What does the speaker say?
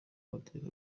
amategeko